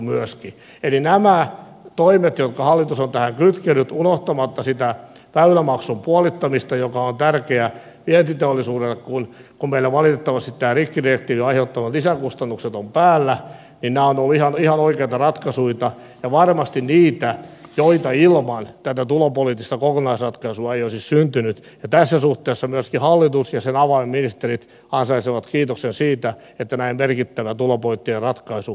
eli nämä toimet jotka hallitus on tähän kytkenyt unohtamatta sitä väylämaksun puolittamista joka on tärkeä vientiteollisuudelle kun meillä valitettavasti tämän rikkidirektiivin aiheuttamat lisäkustannukset ovat päällä ovat olleet ihan oikeita ratkaisuja ja varmasti niitä joita ilman tätä tulopoliittista kokonaisratkaisua ei olisi syntynyt ja tässä suhteessa myöskin hallitus ja sen avainministerit ansaitsevat kiitoksen siitä että näin merkittävä tulopoliittinen ratkaisu saatiin aikaan